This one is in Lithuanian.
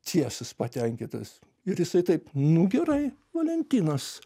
tiesas patenkintas ir jisai taip nu gerai valentinas